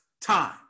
time